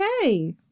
okay